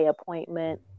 appointment